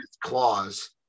claws